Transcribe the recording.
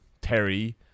Terry